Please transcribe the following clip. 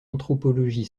anthropologie